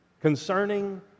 concerning